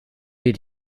dir